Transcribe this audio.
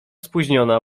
spóźniona